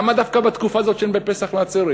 למה דווקא בתקופה הזאת שבין פסח לעצרת?